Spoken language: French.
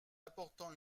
apportant